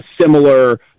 similar